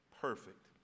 perfect